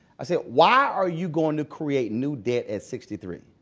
i said, why are you going to create new debt at sixty three?